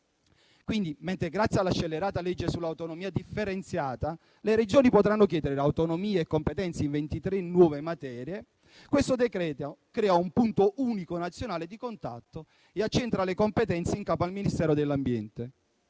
mentre, grazie alla scellerata legge sull'autonomia differenziata, le Regioni potranno chiedere l'autonomia e la competenza in 23 nuove materie, questo decreto-legge crea un punto unico nazionale di contatto e accentra le competenze in capo al Ministero dell'ambiente,